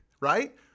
Right